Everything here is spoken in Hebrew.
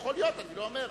יכול להיות, אני לא אומר.